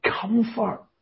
comfort